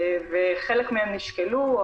וחלק מהן נשקלו.